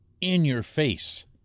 in-your-face